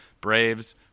Braves